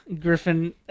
Griffin